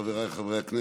חבריי חברי הכנסת,